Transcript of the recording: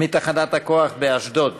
מתחנת הכוח באשדוד.